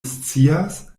scias